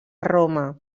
roma